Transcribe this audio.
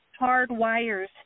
hardwires